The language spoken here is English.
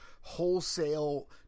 wholesale